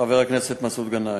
חבר הכנסת מסעוד גנאים,